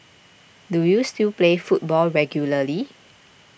do you still play football regularly